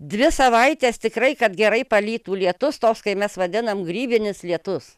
dvi savaites tikrai kad gerai palytų lietus toks kai mes vadinam grybinis lietus